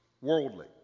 worldly